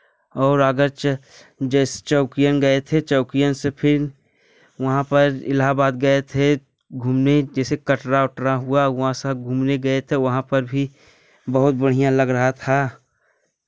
और अगच्य जैस चौकियन गए चौकियन से फिर वहाँ पर इलहाबाद गए थे घूमने जैसे कटरा उटरा हुआ हुआ सब घूमने गए थे वहाँ पर भी बहुत बढ़िया लग रहा था